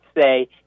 say